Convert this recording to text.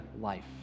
life